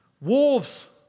wolves